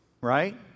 right